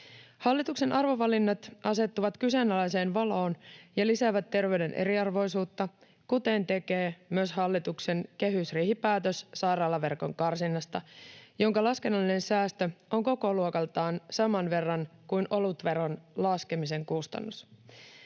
Hallituksen arvovalinnat asettuvat kyseenalaiseen valoon ja lisäävät terveyden eriarvoisuutta, kuten tekee myös hallituksen kehysriihipäätös sairaalaverkon karsinnasta, jonka laskennallinen säästö on kokoluokaltaan saman verran kuin olutveron laskemisen kustannus.